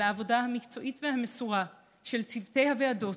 בעבודה המקצועית והמסורה של צוותי הוועדות,